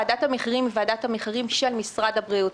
ועדת המחירים היא ועדה של משרד הבריאות,